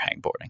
hangboarding